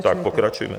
Tak pokračujme.